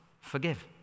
forgive